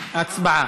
הצבעה.